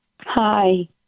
Hi